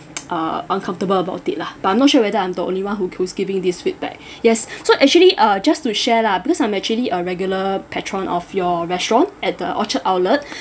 uh uncomfortable about it lah but I'm not sure whether I'm the only one who who's giving this feedback yes so actually uh just to share lah because I'm actually a regular patron of your restaurant at the orchard outlet